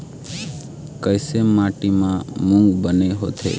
कइसे माटी म मूंग बने होथे?